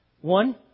One